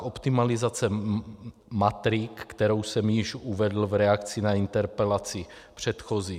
Optimalizace matrik, kterou jsem již uvedl v reakci na interpelaci předchozí.